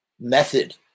Method